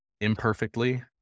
imperfectly